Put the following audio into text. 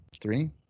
three